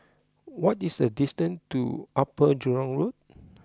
what is the distance to Upper Jurong Road